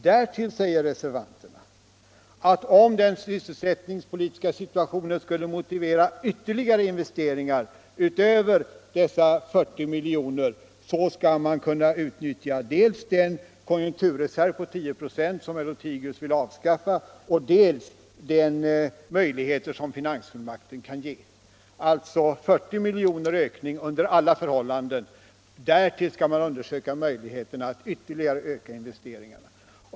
Därtill säger reservanterna att om den sysselsättningspolitiska situationen skulle motivera ytterligare investeringar utöver dessa 40 milj.kr., skall man kunna utnyttja dels den konjunkturreserv på 10 96 som herr Lothigius vill avskaffa, dels de möjligheter som finansfullmakten kan ge. Under alla förhållanden skall höjningen vara 40 milj.kr. Därtill skall man undersöka möjligheterna att ytterligare öka investeringarna.